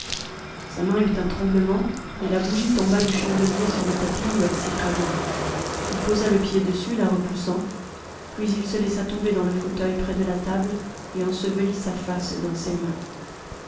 sa main eut un tremblement et la bougie tomba du chandelier sur le tapis où elle s'écrasa il posa le pied dessus la repoussant puis il se laissa tomber dans le fauteuil près de la table et ensevelit sa face dans ses mains